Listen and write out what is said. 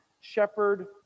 Shepherd